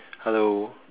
hello